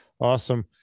Awesome